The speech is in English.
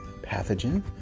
pathogen